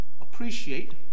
appreciate